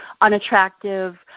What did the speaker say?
unattractive